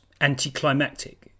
anticlimactic